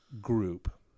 group